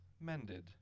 mended